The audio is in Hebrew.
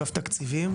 אגף תקציבים,